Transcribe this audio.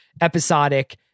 episodic